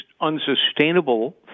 unsustainable